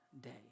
day